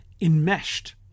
Enmeshed